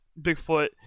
Bigfoot